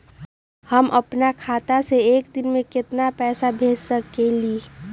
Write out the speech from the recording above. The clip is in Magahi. हम अपना खाता से एक दिन में केतना पैसा भेज सकेली?